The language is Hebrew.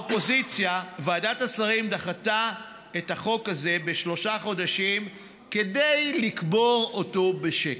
ועדת השרים דחתה את החוק הזה בשלושה חודשים כדי לקבור אותו בשקט.